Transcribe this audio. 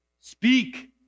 speak